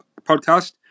podcast